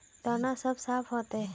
दाना सब साफ होते?